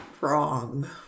wrong